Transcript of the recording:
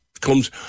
comes